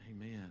amen